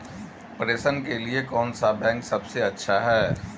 प्रेषण के लिए कौन सा बैंक सबसे अच्छा है?